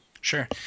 Sure